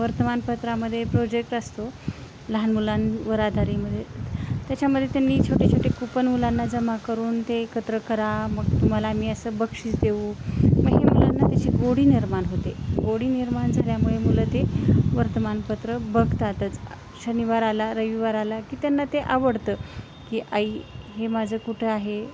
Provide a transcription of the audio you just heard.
वर्तमानपत्रामध्ये प्रोजेक्ट असतो लहान मुलांवर आधारित म्हणजे त्याच्यामध्ये त्यांनी छोटे छोटे कुपन मुलांना जमा करून ते एकत्र करा मग तुम्हाला आम्ही असं बक्षीस देऊ मग हे मुलांना त्याची गोडी निर्माण होते गोडी निर्माण झाल्यामुळे मुलं ते वर्तमानपत्र बघतातच शनिवार आला रविवार आला की त्यांना ते आवडतं की आई हे माझं कुठं आहे